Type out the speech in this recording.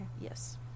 yes